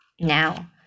Now